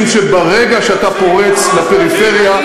משום שברגע שאתה פורץ לפריפריה,